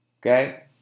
Okay